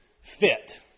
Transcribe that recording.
fit